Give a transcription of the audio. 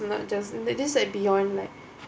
and not just and it's just like beyond like